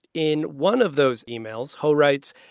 in one of those emails, ho writes,